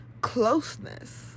closeness